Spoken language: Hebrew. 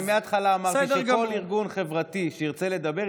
אני מההתחלה אמרתי שכל ארגון חברתי שירצה לדבר,